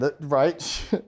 right